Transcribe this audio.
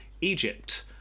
Egypt